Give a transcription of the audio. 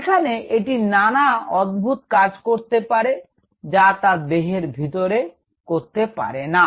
এখানে এটি নানা অদ্ভুত কাজ করতে পারে যা তা দেহের ভিতরে করতে পারে না